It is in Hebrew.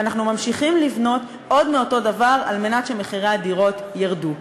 ואנחנו ממשיכים לבנות עוד מאותו דבר על מנת שמחירי הדירות ירדו.